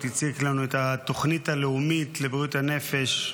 הציג לנו את התוכנית הלאומית לבריאות הנפש,